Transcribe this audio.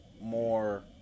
more